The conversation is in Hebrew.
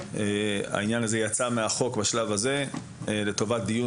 העניין הזה יצא מהחוק בשלב הזה לטובת דיון